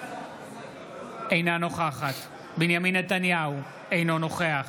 אינה נוכחת בנימין נתניהו, אינו נוכח